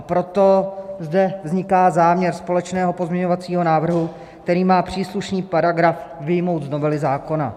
Proto zde vzniká záměr společného pozměňovacího návrhu, který má příslušný paragraf vyjmout z novely zákona.